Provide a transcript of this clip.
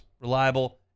reliable